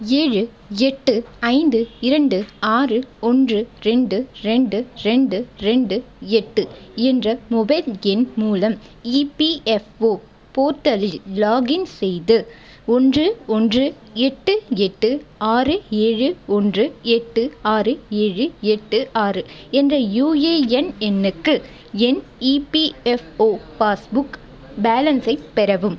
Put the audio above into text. ஏழு எட்டு ஐந்து இரண்டு ஆறு ஒன்று ரெண்டு ரெண்டு ரெண்டு ரெண்டு எட்டு என்ற மொபைல் எண் மூலம் இபிஎஃப்ஓ போர்ட்டலில் லாகின் செய்து ஒன்று ஒன்று எட்டு எட்டு ஆறு ஏழு ஒன்று எட்டு ஆறு ஏழு எட்டு ஆறு என்ற யுஏஎன் எண்ணுக்கு என் இபிஎஃப்ஓ பாஸ்புக் பேலன்ஸை பெறவும்